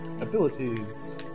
Abilities